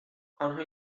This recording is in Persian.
آنها